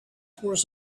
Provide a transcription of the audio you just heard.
force